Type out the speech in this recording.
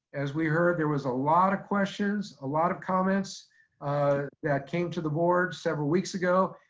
as we heard, there was a lot of questions, a lot of comments that came to the board several weeks ago.